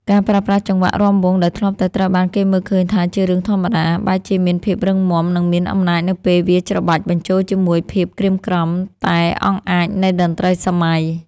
ការប្រើប្រាស់ចង្វាក់រាំវង់ដែលធ្លាប់តែត្រូវបានគេមើលឃើញថាជារឿងធម្មតា បែរជាមានភាពរឹងមាំ និងមានអំណាចនៅពេលវាច្របាច់បញ្ចូលជាមួយភាពក្រៀមក្រំតែអង់អាចនៃតន្ត្រីសម័យ។